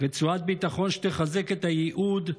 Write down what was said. רצועת ביטחון שתחזק את הייעוד,